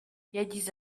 yagize